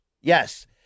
yes